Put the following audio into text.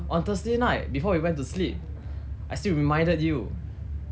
on thursday night before we went to sleep I still reminded you